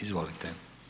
Izvolite.